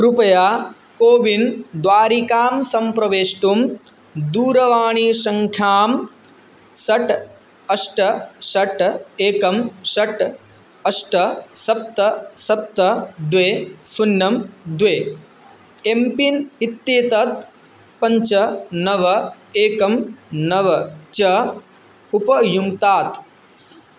कृपया कोविन् द्वारिकां सम्प्रवेष्टुं दूरवाणीसङ्ख्यां षट् अष्ट षट् एकं षट् अष्ट सप्त सप्त द्वे शून्यं द्वे एम्पिन् इत्येतत् पञ्च नव एकं नव च उपयुङ्क्तात्